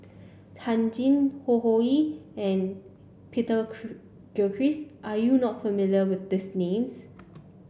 Lee Tjin Ho Ho Ying and Peter Gilchrist are you not familiar with these names